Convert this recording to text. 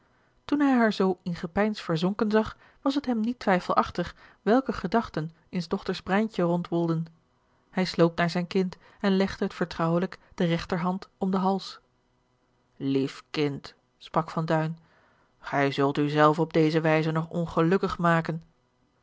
toen hij haar zoo in gepeins verzonken zag was het hem niet twijfelachtig welke gedachten in s dochters breintje rondwoelden hij sloop naar zijn kind en legde het vertrouwelijk de regterhand om den hals lief kind sprak van duin gij zult u zelve op deze wijze nog ongelukkig maken